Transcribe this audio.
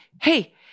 Hey